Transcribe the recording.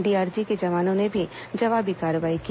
DRG के जवानों ने भी जवाबी कार्रवाई की